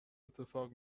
اتفاق